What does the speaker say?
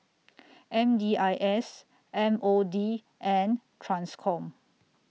M D I S M O D and TRANSCOM